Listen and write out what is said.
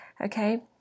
okay